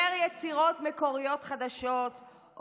יותר יצירות מקוריות חדשות,